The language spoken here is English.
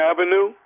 Avenue